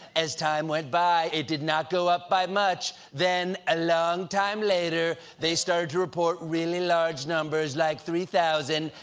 as time went by, it did not go up by much. then, a long time later, they started to report really large numbers, like three thousand.